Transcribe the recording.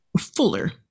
fuller